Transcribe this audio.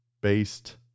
based